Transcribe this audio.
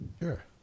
Sure